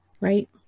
right